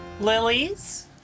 lilies